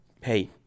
Hey